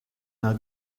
now